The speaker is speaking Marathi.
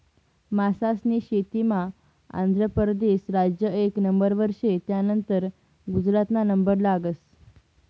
मासास्नी शेतीमा आंध्र परदेस राज्य एक नंबरवर शे, त्यानंतर गुजरातना नंबर लागस